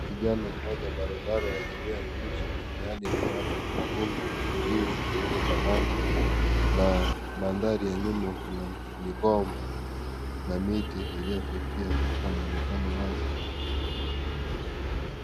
Kijana mmoja barua baru, aegemea nguzi ilhali nyuma yake Kuna rundo la ndizi zilizo banana na mandhari ya nyuma Kuna migomba na miti iliyo fifia katika mwonekano wake.